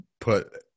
put